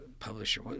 publisher